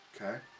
Okay